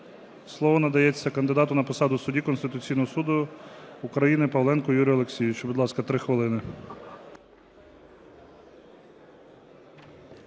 Слово надається на посаду кандидату судді Конституційного Суду України Павленку Юрію Олексійовичу. Будь ласка, 3 хвилини.